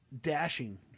dashing